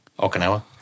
Okinawa